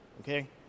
okay